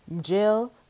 Jill